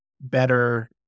better